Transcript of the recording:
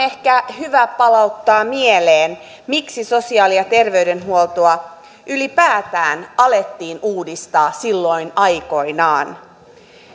ehkä hyvä palauttaa mieleen miksi sosiaali ja terveydenhuoltoa ylipäätään alettiin uudistaa silloin aikoinaan